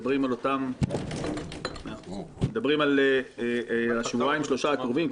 מדברים על שבועיים-שלושה הקרובים,